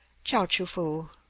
chao-choo-foo.